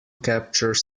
capture